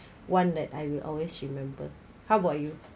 one that I will always remember how about you